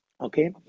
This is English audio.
okay